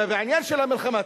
ולגבי המלחמה,